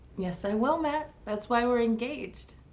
yes, i will matt. that's why we're engaged.